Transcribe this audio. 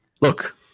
Look